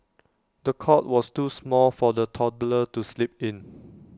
the cot was too small for the toddler to sleep in